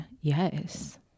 Yes